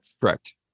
correct